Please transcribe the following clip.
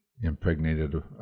impregnated